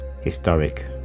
historic